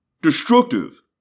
Destructive